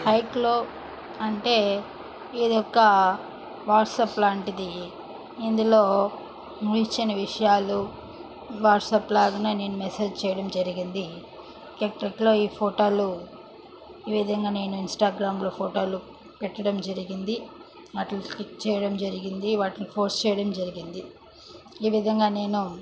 హైక్లో అంటే ఇది ఒక వాట్సాప్ లాంటిది ఇందులో మిర్చిన విషయాలు వాట్సప్ లాగానే నేను మెసేజ్ చేయడం జరిగింది టెక్ టెక్లో ఈ ఫోటోలు ఈ విధంగా నేను ఇంస్టాగ్రామ్లో ఫోటోలు పెట్టడం జరిగింది వాటిని క్లిక్ చేయడం జరిగింది వాటిని పోస్ట్ చేయడం జరిగింది ఈ విధంగా నేను